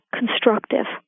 constructive